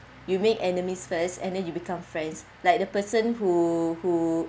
you make enemies first and then you become friends like the person who who